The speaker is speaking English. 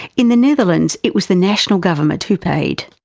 in the netherlands it was the national government who paid.